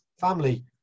Family